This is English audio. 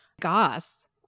Goss